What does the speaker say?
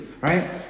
right